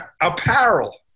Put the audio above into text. apparel